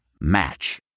Match